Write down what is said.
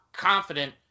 confident